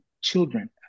children